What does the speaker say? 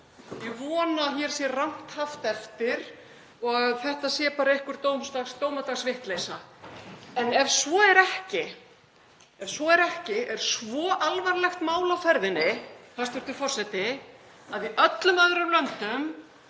Ég vona að hér sé rangt haft eftir og þetta sé bara einhver dómadagsvitleysa. En ef svo er ekki er svo alvarlegt mál á ferðinni, hæstv. forseti, að í öllum öðrum löndum